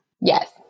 Yes